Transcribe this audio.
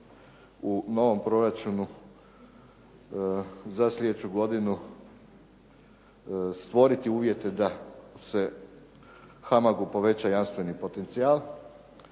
u novom proračunu za sljedeću godinu stvoriti uvjete da se HAMAG-u poveća jamstveni potencijal.